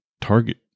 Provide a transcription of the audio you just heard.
target